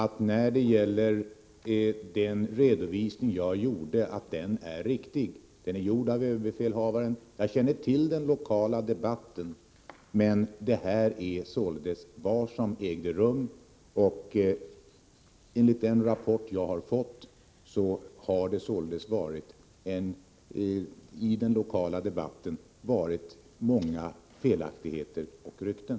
Herr talman! Jag kan försäkra att min redovisning är riktig. Den är gjord av överbefälhavaren. Jag känner till den lokala debatten, men detta är alltså vad som ägt rum. Enligt den rapport jag har fått har det således i den lokala debatten varit många felaktigheter och rykten.